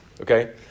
Okay